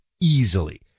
easily